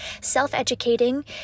self-educating